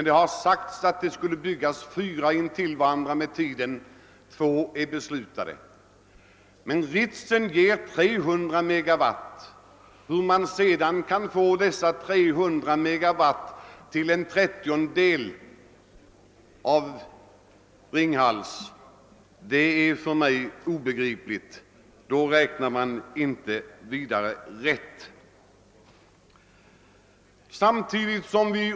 Det har sagts att det i Ringhals skall byggas fyra intill varandra, men bara två är beslutade. Ritsem ger 300 megawatt. Om man finner att dessa 300 megawatt bara är en trettiondel av produktionen i Ringhals räknar man inte vidare rätt.